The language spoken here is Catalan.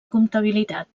comptabilitat